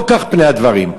לא כך פני הדברים.